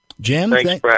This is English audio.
Jim